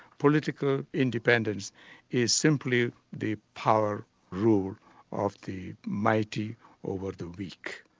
political independence is simply the power rule of the mighty over the weak.